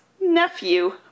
nephew